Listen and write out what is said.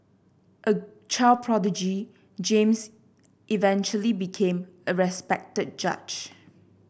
a child prodigy James eventually became a respected judge